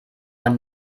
und